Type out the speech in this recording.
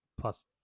plus